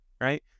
right